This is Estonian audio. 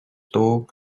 toob